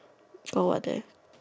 Joe what there